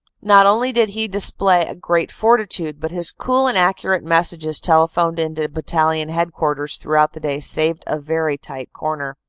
not only did he display great fortitude, but his cool and accurate messages telephoned in to battalion headquarters throughout the day saved a very tight corner.